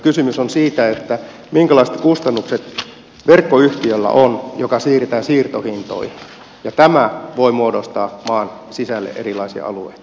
kysymys on siitä minkälaiset kustannukset verkkoyhtiöllä on jotka siirretään siirtohintoihin ja tämä voi muodostaa maan sisälle erilaisia alueita